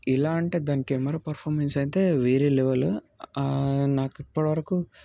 ఎలా అంటే దాని కెమెరా పర్ఫామెన్స్ అయితే వేరే లెవల్ నాకు ఇప్పటివరకూ